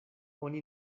oni